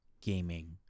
gaming